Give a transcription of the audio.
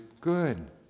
good